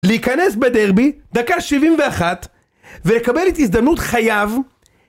להיכנס בדרבי, דקה שבעים ואחת ולקבל את הזדמנות חייו